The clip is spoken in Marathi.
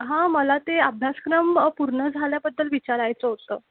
हां मला ते अभ्यासक्रम पूर्ण झाल्याबद्दल विचारायचं होतं